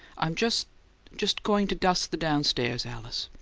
i'm just just going to dust the downstairs, alice.